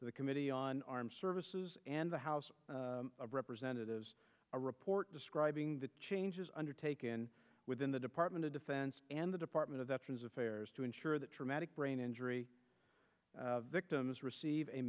the committee on armed services and the house of representatives a report describing the changes undertaken within the department of defense and the department of veterans affairs to ensure that traumatic brain injury victims receive a